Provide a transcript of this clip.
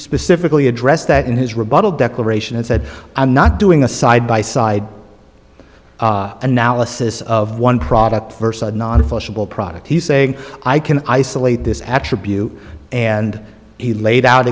specifically addressed that in his rebuttal declaration and said i'm not doing a side by side analysis of one product first non official product he's saying i can isolate this attribute and he laid out